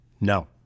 No